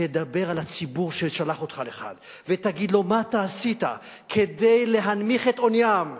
תדבר אל הציבור ששלח אותך לכאן ותגיד לו מה עשית כדי להנמיך את עוניים,